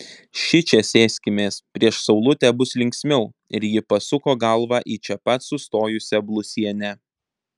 šičia sėskimės prieš saulutę bus linksmiau ir ji pasuko galvą į čia pat sustojusią blusienę